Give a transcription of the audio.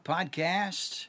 Podcast